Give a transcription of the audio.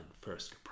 first